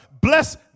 Bless